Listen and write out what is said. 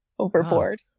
overboard